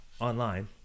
online